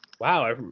Wow